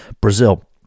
Brazil